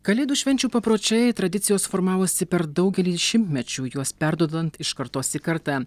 kalėdų švenčių papročiai tradicijos formavosi per daugelį šimtmečių juos perduodant iš kartos į kartą